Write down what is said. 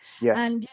yes